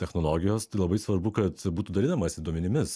technologijos tai labai svarbu kad būtų dalinamasi duomenimis